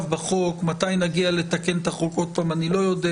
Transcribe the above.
בחוק מתי נגיע לתקן את החוק עוד פעם אני לא יודע